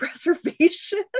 preservation